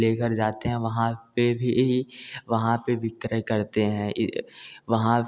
ले कर जाते हैं वहाँ पर भी वहाँ पर भी क्रय करते हैं वहाँ